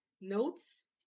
notes